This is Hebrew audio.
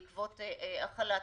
בעקבות החל"תים,